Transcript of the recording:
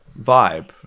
vibe